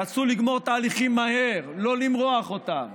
רצו לגמור תהליכים מהר, לא למרוח אותם,